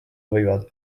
võivad